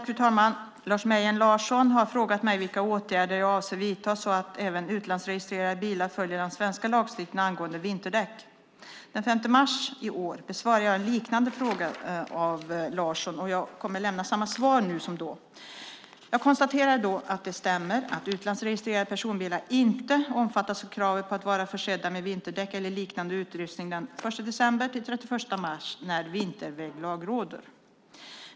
Fru talman! Lars Mejern Larsson har frågat mig vilka åtgärder jag avser att vidta så att även utlandsregistrerade bilar följer den svenska lagstiftningen angående vinterdäck. Den 5 mars i år besvarade jag en liknande skriftlig fråga av Larsson, och jag kommer att lämna samma svar nu som då. Jag konstaterade då att det stämmer att utlandsregistrerade personbilar inte omfattas av kravet på att vara försedda med vinterdäck eller likvärdig utrustning den 1 december-31 mars när vinterväglag råder.